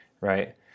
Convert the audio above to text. right